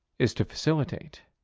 is to facilitate.